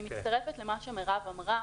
אני מצטרפת למה שמירב אמרה.